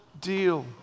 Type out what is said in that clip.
deal